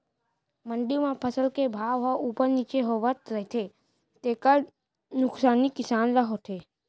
मंडी म फसल के भाव ह उप्पर नीचे होवत रहिथे तेखर नुकसानी किसान ल होथे